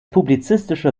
publizistische